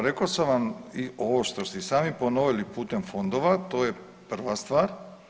Pa evo rekao sam vam i ovo što ste i sami ponovili, putem fondova to je prva stvar.